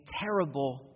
terrible